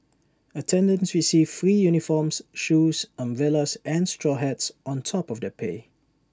attendants received free uniforms shoes umbrellas and straw hats on top of their pay